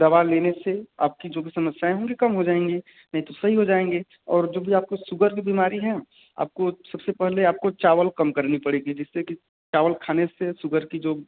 दवा लेने से आपकी जो भी समस्याएँ होंगी कम हो जाएँगी नहीं तो सही हो जाएँगी और जो भी आपको सुगर की बीमारी है आपको सबसे पहले आपको चावल कम करनी पड़ेगी जैसे कि चावल खाने से सुगर का जो